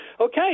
Okay